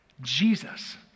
Jesus